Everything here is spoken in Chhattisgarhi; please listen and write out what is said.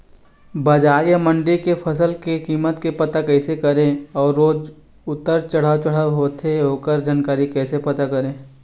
बजार या मंडी के फसल के कीमत के पता कैसे करें अऊ रोज उतर चढ़व चढ़व होथे ओकर जानकारी कैसे पता करें?